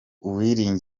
theogene